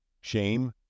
Shame